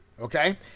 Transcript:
Okay